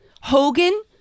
Hogan